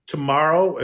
Tomorrow